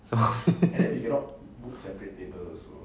so